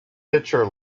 pitcher